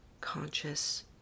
conscious